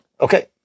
Okay